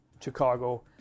Chicago